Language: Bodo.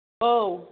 औ